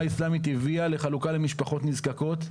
האסלמית הביאה לחלוקה למשפחות נזקקות.